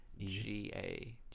G-A